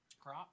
Crop